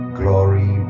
glory